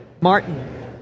Martin